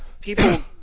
People